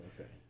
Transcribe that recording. Okay